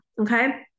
okay